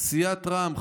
סיעת רע"מ,